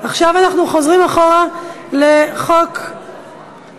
עכשיו אנחנו חוזרים אחורה לחוק המכרזים.